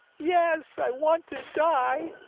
yes, i want to die!